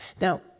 Now